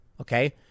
okay